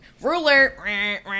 ruler